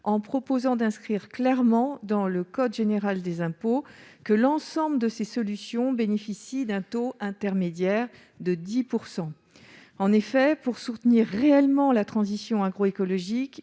proposons d'inscrire clairement dans le code général des impôts que l'ensemble de ces solutions bénéficient du taux intermédiaire de 10 %. En effet, pour soutenir réellement la transition agroécologique